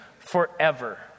Forever